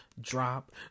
drop